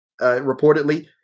reportedly